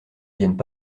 viennent